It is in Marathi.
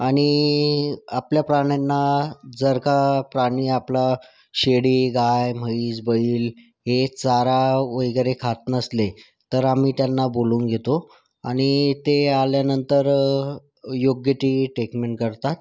आणि आपल्या प्राण्यांना जर का प्राणी आपला शेळी गाय म्हैस बैल हे चारा वगैरे खात नसले तर आम्ही त्यांना बोलून घेतो आणि ते आल्यानंतर योग्य ती टेटमेंट करतात